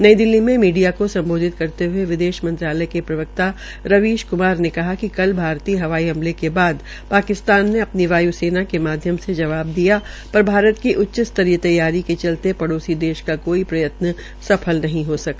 नई दिल्ली में मीडिया को सम्बोधित करते हये विदेश मंत्रालय के प्रवक्ता रवीश कुमार ने कहा कि कल भारतीय हवाई हमले के बाद पाकिस्तान ने अपनी वाय्सेना के माध्यम से जवाब दिया पर भारत की उच्च स्तरीय तैयारी के चलते पड़ोसी देश का कोई प्रयत्न सफल नहीं हो सका